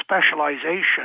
specialization